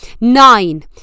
nine